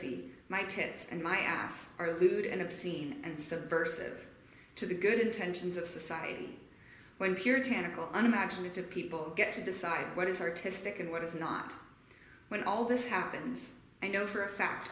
pussy my tits and my ass are lewd and obscene and subversive to the good intentions of society when puritanical an imaginative people get to decide what is artistic and what is not when all this happens i know for a fact